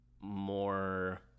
more